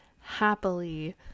happily